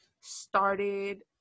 started